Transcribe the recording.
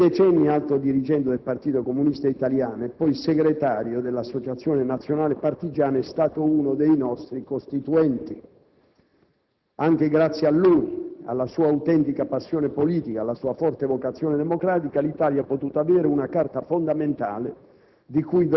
Per decenni alto dirigente del Partito comunista italiano e poi segretario dell'Associazione nazionale partigiani d'Italia, è stato uno dei nostri costituenti; anche grazie a lui, alla sua autentica passione politica, alla sua forte vocazione democratica, l'Italia ha potuto avere una Carta fondamentale,